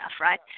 right